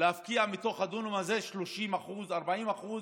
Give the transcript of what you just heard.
להפקיע מתוך הדונם הזה 30%, 40%,